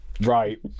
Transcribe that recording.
Right